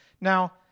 Now